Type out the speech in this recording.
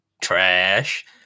trash